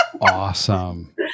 awesome